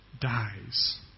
dies